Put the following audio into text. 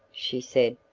she said,